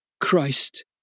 Christ